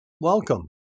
welcome